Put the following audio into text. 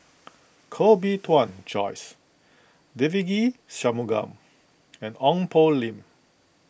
Koh Bee Tuan Joyce Devagi Sanmugam and Ong Poh Lim